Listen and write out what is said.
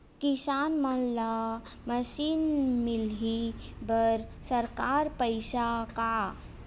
किसान मन ला मशीन मिलही बर सरकार पईसा का?